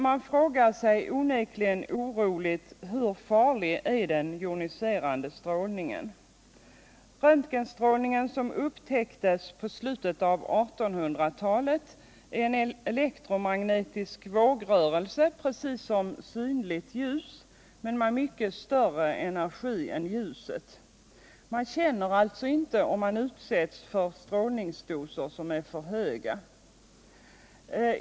Man frågar sig onekligen oroligt: Hur farlig är den joniserande strålningen? Röntgenstrålningen, som upptäcktes i slutet av 1800-talet, är en elektromagnetisk vågrörelse precis som synligt ljus men med mycket större energi än ljuset. Man känner alltså inte om man utsätts för strålningsdoser som är för höga.